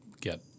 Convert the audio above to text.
get